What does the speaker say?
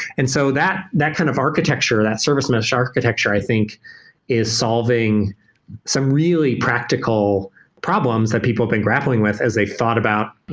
and so that that kind of architecture, that service mesh architecture i think is solving some really practical problems that people have been grappling with as they thought about,